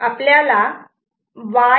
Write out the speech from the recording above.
C A